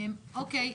אוקיי.